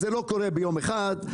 זה לא קורה ביום אחד.